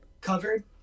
Covered